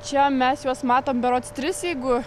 čia mes juos matom berods tris jeigu